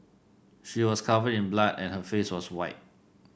she was covered in blood and her face was white